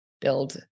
build